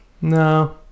No